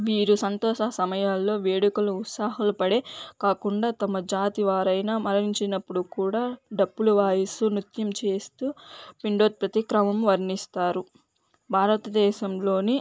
వీరు సంతోష సమయాలలో వేడుకలు ఉత్సహాలు పడే కాకుండా తమ జాతి వారైనా మరణించినప్పుడు కూడా డప్పులు వాయిస్తూ నృత్యం చేస్తూ పిండోత్పత్తి క్రమం వర్ణిస్తారు భారతదేశంలోని